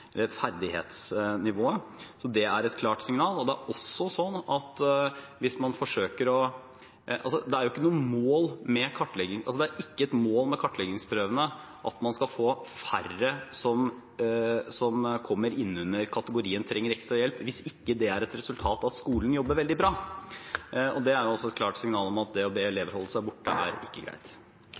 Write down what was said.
ferdighetsnivået. Det er et klart signal. Det er ikke et mål med kartleggingsprøvene at man skal få færre som kommer inn under kategorien «trenger ekstra hjelp», hvis det ikke er et resultat av at skolen jobber veldig bra. Det er et klart signal om at det å be elever om å holde seg borte ikke er greit. Jeg tror dessverre det er slik at vi ikke